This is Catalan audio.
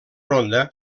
ronda